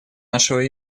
нашего